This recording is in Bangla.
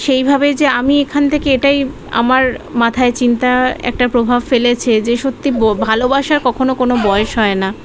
সেইভাবে যে আমি এখান থেকে এটাই আমার মাথায় চিন্তা একটা প্রভাব ফেলেছে যে সত্যি বো ভালোবাসার কখনো কোনো বয়েস হয় না